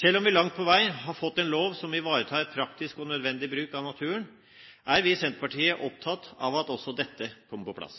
Selv om vi langt på vei har fått en lov som ivaretar praktisk og nødvendig bruk av naturen, er vi i Senterpartiet opptatt av at også dette kommer på plass.